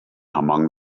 among